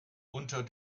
unter